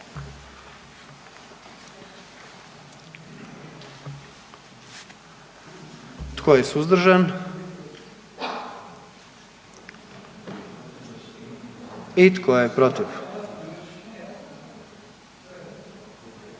Tko je suzdržan? I tko je protiv?